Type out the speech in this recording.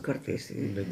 kartais bet